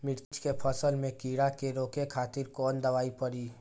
मिर्च के फसल में कीड़ा के रोके खातिर कौन दवाई पड़ी?